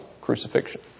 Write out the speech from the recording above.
crucifixion